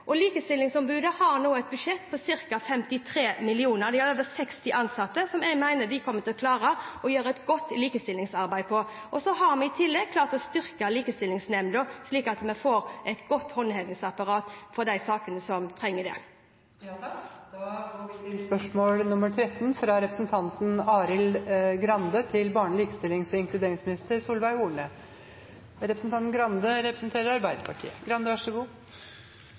og Likestillingsombudet har nå et budsjett på ca. 53 mill. kr, og de har over 60 ansatte som jeg mener kommer til å klare å gjøre et godt likestillingsarbeid. I tillegg har vi klart å styrke Likestillingsnemnda, slik at vi får et godt håndhevingsapparat for de sakene som trenger det. «Den svenske regjeringen og Sveriges Kommuner och Landsting har nylig inngått en avtale om å styrke likestillingsarbeidets innretning mot gutter, menn og